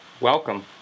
welcome